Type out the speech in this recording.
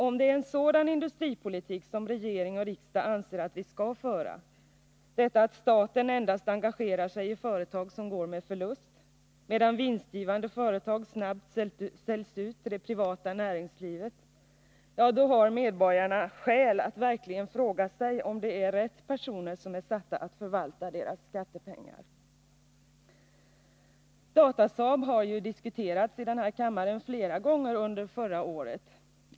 Om det är en sådan industripolitik som regering och riksdag anser att vi skall föra — dvs. att staten endast engagerar sig i företag som går med förlust, medan vinstgivande företag snabbt säljs ut till det privata näringslivet —- ja, då har medborgarna verkligen skäl att fråga sig om det är de rätta personerna som är satta att förvalta deras skattepengar. Datasaab diskuterades i den här kammaren flera gånger under förra året.